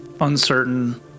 uncertain